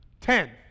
Ten